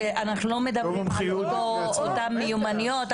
אנחנו לא מדברים על אותם מיומנויות,